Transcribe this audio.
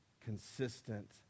consistent